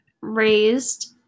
raised